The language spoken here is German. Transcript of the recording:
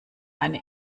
eine